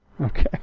Okay